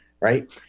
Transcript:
right